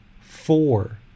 Four